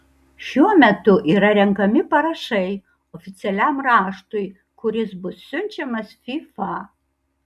šiuo metu yra renkami parašai oficialiam raštui kuris bus siunčiamas fifa